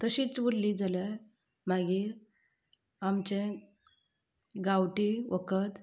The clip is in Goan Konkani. तशीच उरली जाल्यार मागीर आमचें गांवठी वखद